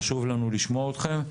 חשוב לנו לשמוע אתכם.